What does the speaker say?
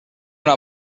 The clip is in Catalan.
una